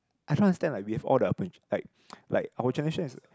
I cannot understand like we have all the like ppo like our generation is